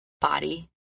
body